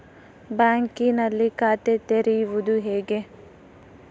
ಬ್ಯಾಂಕಿನಲ್ಲಿ ಖಾತೆ ತೆರೆಯುವುದು ಹೇಗೆ?